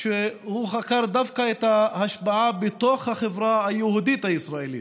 שהוא חקר דווקא את ההשפעה בתוך החברה היהודית-הישראלית.